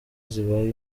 zibaye